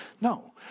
No